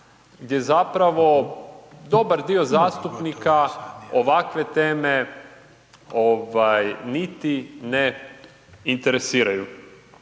gdje zapravo dobar dio zastupnika ovakve teme niti ne interesiraju.